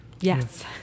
yes